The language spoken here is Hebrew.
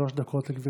שלוש דקות, גברתי.